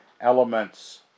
elements